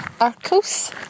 Arcos